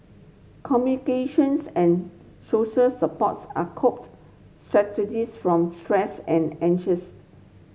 communications and social supports are coped strategies from stress and anxiety